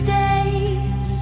days